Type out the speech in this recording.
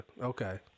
Okay